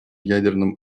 ядерном